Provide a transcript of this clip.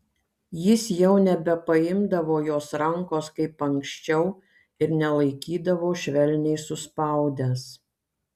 jis jau nebepaimdavo jos rankos kaip anksčiau ir nelaikydavo švelniai suspaudęs